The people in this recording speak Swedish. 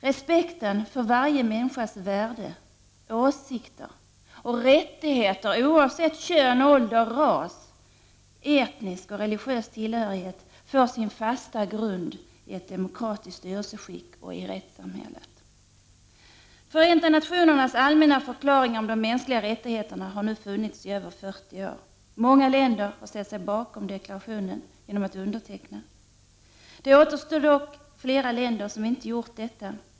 Respekten för varje människas värde, åsikter och rättigheter oavsett kön, ålder, ras, etnisk och religiös tillhörighet får sin fasta grund i ett demokratiskt styrelseskick och i rättssamhället. Förenta nationernas allmänna förklaring om de mänskliga rättigheterna har nu funnits i över 40 år. Många länder har ställt sig bakom deklarationen genom att underteckna den. Det återstår dock flera länder som inte gjort detta.